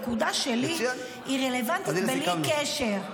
-- אבל הנקודה שלי היא רלוונטית בלי קשר.